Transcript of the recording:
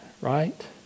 Right